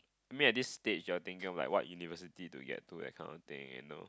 make at this stage I thinking like what university to get to accounting you know